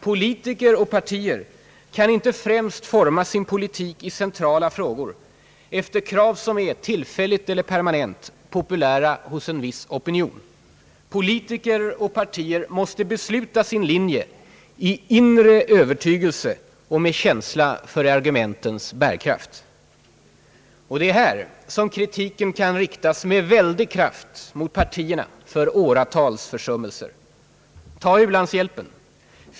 Politiker och partier kan inte främst forma sin politik i centrala frågor efter krav som är tillfälligt eller permanent populära hos en viss opinion. Politiker och partier måste besluta sin linje i inre övertygelse och med känsla för argumentens bärkraft. Och det är här som kritiken med väldig kraft kan riktas mot partierna för åratals försummelser. Ta u-landshjälpen!